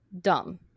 Dumb